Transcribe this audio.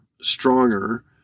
stronger